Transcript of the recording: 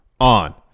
on